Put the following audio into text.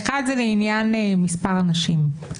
האחת זה לעניין מספר הנשים.